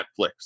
Netflix